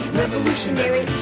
revolutionary